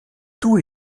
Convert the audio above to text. tout